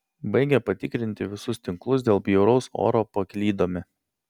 baigę patikrinti visus tinklus dėl bjauraus oro paklydome